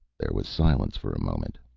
there was silence for a moment.